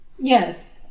yes